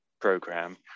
program